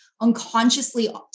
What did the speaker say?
unconsciously